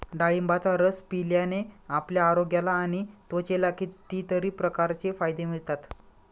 डाळिंबाचा रस पिल्याने आपल्या आरोग्याला आणि त्वचेला कितीतरी प्रकारचे फायदे मिळतात